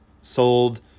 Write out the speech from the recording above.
sold